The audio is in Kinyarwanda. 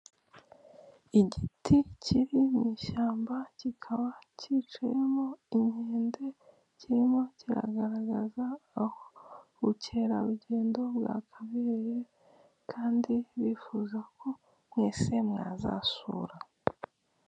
Igiti kiri mu ishyamba kikaba cyicayemo inkende, kirimo kiragaragaza aho ubukerarugendo bwakabereye kandi bifuza ko mwese mwazasura.